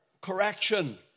correction